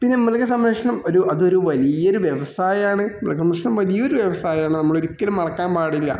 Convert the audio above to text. പിന്നെ മൃഗ സംരക്ഷണം ഒരു അതൊരു വലിയൊര് വ്യവസായമാണ് മൃഗ സംരക്ഷണം വലിയൊര് വ്യവസായാണ് നമ്മളൊരിക്കലും മറക്കാൻ പാടില്ല